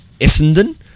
Essendon